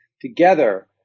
Together